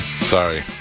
Sorry